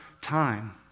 time